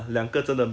oh